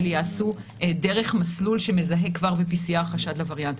ייעשו דרך מסלול שמזהה כבר ב-PCR חשד לווריאנט.